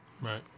right